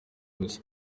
gusa